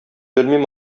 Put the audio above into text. белмим